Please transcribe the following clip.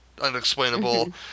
Unexplainable